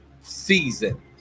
season